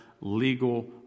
legal